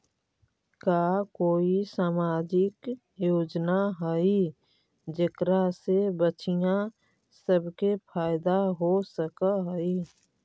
का कोई सामाजिक योजना हई जेकरा से बच्चियाँ सब के फायदा हो सक हई?